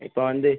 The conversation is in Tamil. இப்போ வந்து